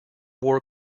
war